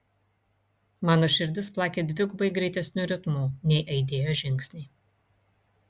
mano širdis plakė dvigubai greitesniu ritmu nei aidėjo žingsniai